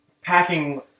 packing